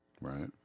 Right